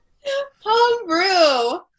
Homebrew